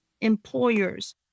employers